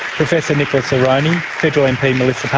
professor nicholas aroney, federal mp melissa